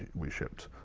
we shipped